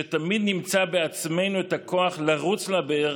שתמיד נמצא בעצמנו את הכוח לרוץ לבאר